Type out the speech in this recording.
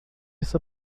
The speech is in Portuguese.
esse